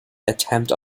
attempt